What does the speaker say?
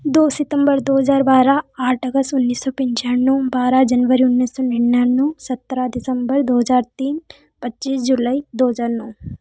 दो सितंबर दो हज़ार बारह आठ अगस्त उन्नीस सौ पिंचान्नूम बारह जनवरी उन्नीस सौ निंन्यानू सत्रह दिसंबर दो हज़ार तीन पच्चीस जुलाई दो हज़ार नौ